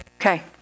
Okay